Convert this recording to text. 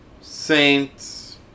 Saints